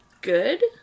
good